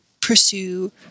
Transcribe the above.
pursue